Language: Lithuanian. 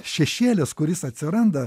šešėlis kuris atsiranda